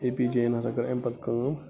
A P J یَن ہَسا کٔر اَمہِ پَتہٕ کٲم